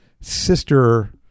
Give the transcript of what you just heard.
sister